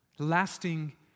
Lasting